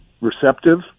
receptive